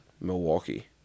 Milwaukee